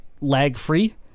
lag-free